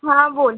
हां बोल